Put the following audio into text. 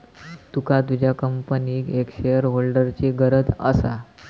तुका तुझ्या कंपनीक एक शेअरहोल्डरची गरज असा